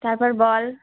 তারপর বল